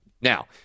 Now